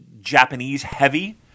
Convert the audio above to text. Japanese-heavy